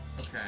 Okay